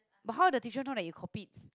but how the teacher know that you copied